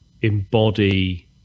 embody